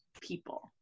people